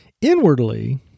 Inwardly